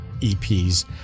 EPs